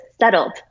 settled